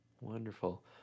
Wonderful